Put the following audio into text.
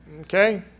Okay